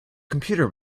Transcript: computer